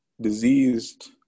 diseased